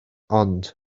ond